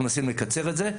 אנחנו מנסים לקצר את זה.